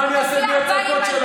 מה אני אעשה בלי הצעקות שלך?